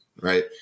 Right